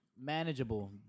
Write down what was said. manageable